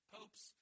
Popes